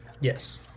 Yes